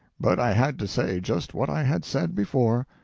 but i had to say just what i had said before.